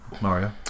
Mario